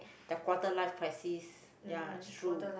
their quarter life crisis ya it's true